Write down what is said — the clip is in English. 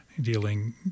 dealing